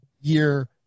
year